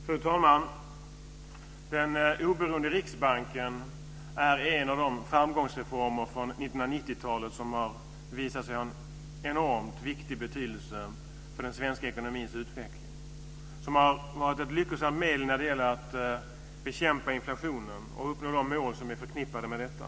Fru talman! Den oberoende Riksbanken är en av de framgångsreformer från 1990-talet som har visat sig ha en enormt viktig betydelse för den svenska ekonomins utveckling. Riksbanken har varit ett lyckosamt medel när det gäller att bekämpa inflationen och uppnå de mål som är förknippade med detta.